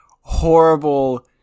horrible